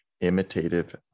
imitative